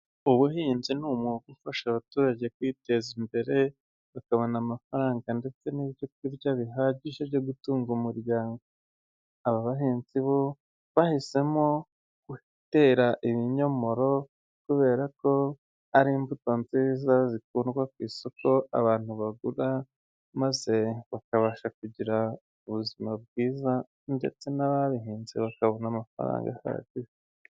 Ubuhinzi ni umwuga ufasha abaturage kwiteza imbere, bakabona amafaranga ndetse n'ibyo kurya bihagije byo gutunga umuryango, aba bahinzi bo bahisemo gutera ibinyomoro kubera ko ari imbuto nziza zikurwa ku isoko, abantu bagura maze bakabasha kugira ubuzima bwiza, ndetse n'ababihinze bakabona amafaranga ahagije.